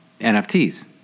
NFTs